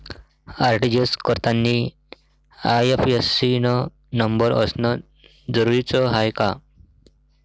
RTGS करतांनी IFSC न number असनं जरुरीच हाय का?